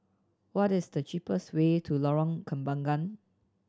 what is the cheapest way to Lorong Kembangan